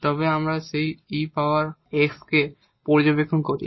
তবে আমরা সেই e পাওয়ার x কে পর্যবেক্ষণ করি